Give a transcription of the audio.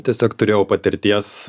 tiesiog turėjau patirties